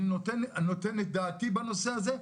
אני נותן את דעתי בנושא הזה,